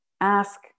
ask